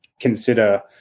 consider